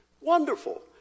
Wonderful